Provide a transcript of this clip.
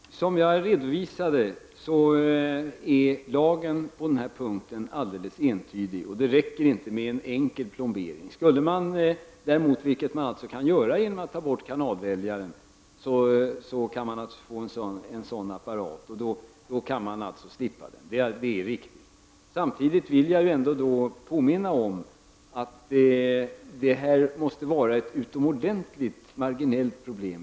Herr talman! Som jag tidigare redovisade är lagen på den här punkten alldeles entydig: det räcker inte med en enkel plombering. Skulle man däremot ta bort kanalväljaren kan man naturligtvis få en sådan apparat, och då kan man alltså slippa licensen. Det är riktigt. Jag vill samtidigt påminna om att detta måste vara ett utomordentligt mar ginellt problem.